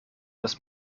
das